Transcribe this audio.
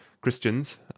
christians